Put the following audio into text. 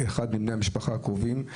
אחד מבני המשפחה הקרובים.